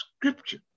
scripture